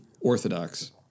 orthodox